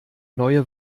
neue